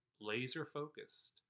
laser-focused